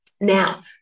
Now